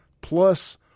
plus